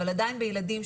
אבל עדיין בילדים,